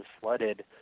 flooded